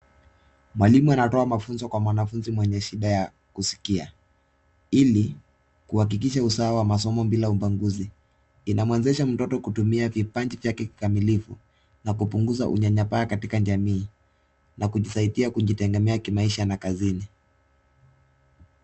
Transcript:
Mwalimu anatoa mafunzo kwa mwanafunzi mwenye shida ya kuskia ili kuhakikisha usawa wa masomoo bila ubaguzi, inamwezesha mtot kutumia vipaji vyake kikamilifu na kupunguza unyenyepaa katika jamii na kujisaidia kujitegemea kimaisha na kazini.